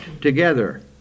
together